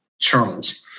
Charles